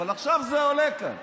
אבל עכשיו זה עולה כאן.